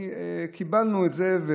קיבלנו את זה,